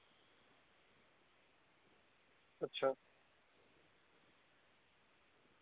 अच्छा